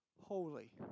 holy